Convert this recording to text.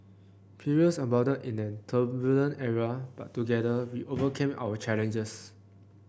perils abounded in that turbulent era but together we overcame our challenges